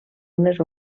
unes